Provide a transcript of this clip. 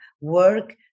Work